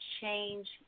change